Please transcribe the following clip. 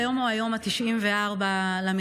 היום הוא היום ה-94 למלחמה,